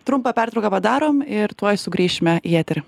trumpą pertrauką padarom ir tuoj sugrįšime į eterį